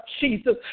Jesus